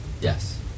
Yes